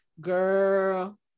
girl